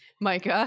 Micah